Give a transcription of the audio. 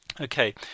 Okay